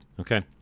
Okay